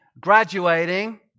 graduating